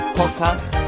podcast